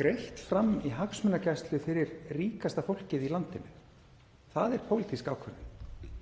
greitt fram í hagsmunagæslu fyrir ríkasta fólkið í landinu. Það er pólitísk ákvörðun.